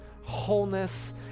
wholeness